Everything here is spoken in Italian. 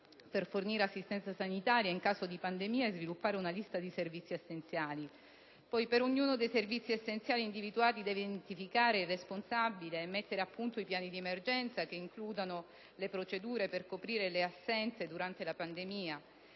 per fornire assistenza sanitaria in caso di pandemia e sviluppare una lista di servizi essenziali. Per ognuno dei servizi essenziali individuati deve identificare il responsabile e mettere a punto i piani di emergenza che includano le procedure per coprire le assenze durante la pandemia.